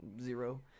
zero